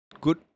good